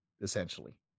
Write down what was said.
essentially